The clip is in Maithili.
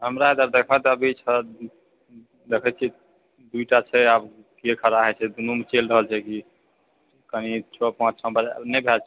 हमरा सभ दखऽ तऽ अभी छऽ देखै छिऐ दूइटा छै आबके खड़ा हइ छै दुनूमे चलि रहल छै कि कनि छओ पाँच छओ पाँच आब नहि भए जाइत छै